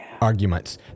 arguments